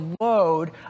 load